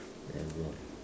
never